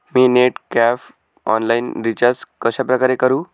मी net pack online recharge कशाप्रकारे करु?